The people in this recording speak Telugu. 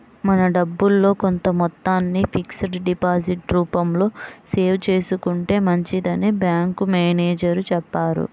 మన డబ్బుల్లో కొంత మొత్తాన్ని ఫిక్స్డ్ డిపాజిట్ రూపంలో సేవ్ చేసుకుంటే మంచిదని బ్యాంకు మేనేజరు చెప్పారు